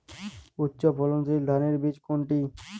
উচ্চ ফলনশীল ধানের বীজ কোনটি?